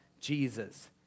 Jesus